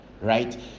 Right